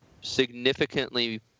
significantly